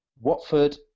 Watford